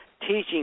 teaching